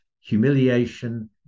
humiliation